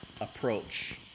approach